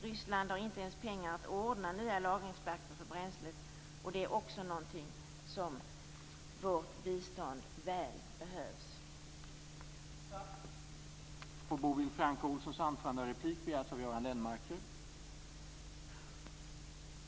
Ryssland har inte ens pengar att ordna nya lagringsplatser för bränslet. Det är också någonting som vårt bistånd väl behövs för.